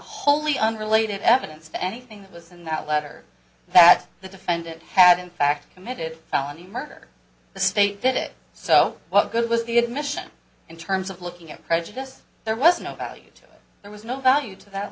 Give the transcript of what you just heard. wholly unrelated evidence that anything that was in that letter that the defendant had in fact committed felony murder the state did it so what good was the admission in terms of looking at prejudice there was no value to it there was no value to that